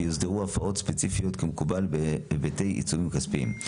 ויוסדרו הפרות ספציפיות כמקובל בהיבטי עיצומים כספיים.